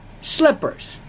Slippers